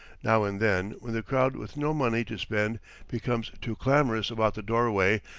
now and then, when the crowd with no money to spend becomes too clamorous about the doorway,